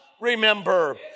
remember